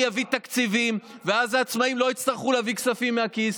אני אביא תקציבים ואז העצמאים לא יצטרכו להביא כספים מהכיס.